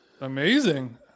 Amazing